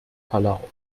palau